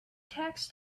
tax